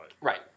Right